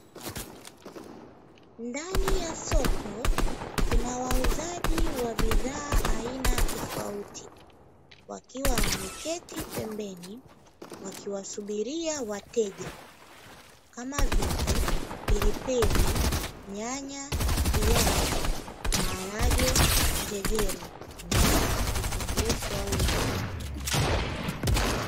Ndani ya soko kunawauzaji wa bidhaa aina tofauti wakiwa wameketi pembeni wakiwasubiria wateja kama vile pilipili, nyanya, viazi, maharag,e njegere na vitunguu swaumu.